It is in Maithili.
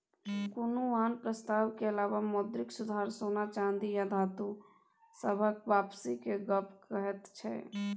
कुनु आन प्रस्ताव के अलावा मौद्रिक सुधार सोना चांदी आ धातु सबहक वापसी के गप कहैत छै